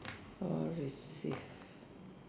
or receive